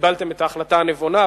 שקיבלתם את ההחלטה הנבונה,